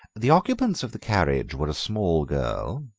the occupants of the carriage were a small girl,